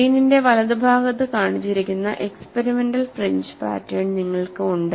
സ്ക്രീനിന്റെ വലതുഭാഗത്ത് കാണിച്ചിരിക്കുന്ന experimental fringe pattern നിങ്ങൾക്ക് ഉണ്ട്